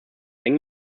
eng